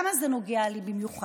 למה זה נוגע לי במיוחד?